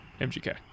MGK